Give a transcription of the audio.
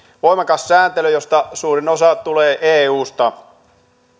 voimakas sääntely josta suurin osa tulee eusta